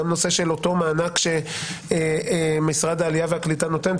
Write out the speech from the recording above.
אותו מענק שמשרד העלייה והקליטה נותן,